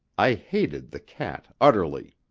i hated the cat utterly.